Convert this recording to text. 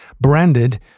branded